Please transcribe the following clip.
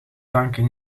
tanken